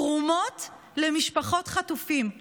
תרומות למשפחות חטופים.